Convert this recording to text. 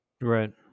right